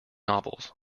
novels